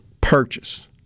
purchase